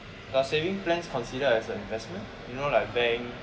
does saving plans considered as an investment you know like bank